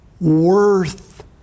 worth